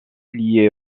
liés